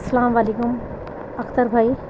السلام علیکم اختر بھائی